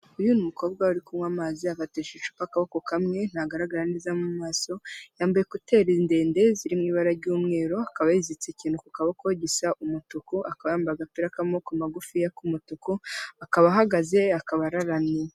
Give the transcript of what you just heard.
Uyu ni umukobwa uri kunywa amazi, afatishije icupa akaboko kamwe, ntagaragara neza mu maso. Yambaye ekoteri ndende ziri mu ibara ry'umweru, akaba yiziritse ikintu ku kaboko gisa umutuku, akaba yambaye agapira k'amaboko magufiya k'umutuku, akaba ahagaze, akaba araramye.